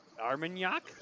Armagnac